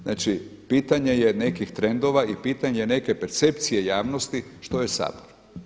Znači pitanje je nekih trendova i pitanje neke percepcije javnosti što je Sabor.